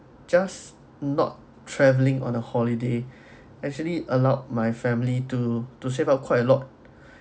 just not traveling on a holiday actually allowed my family to to save up quite a lot